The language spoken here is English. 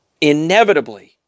Inevitably